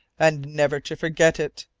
and never to forget it!